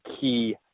key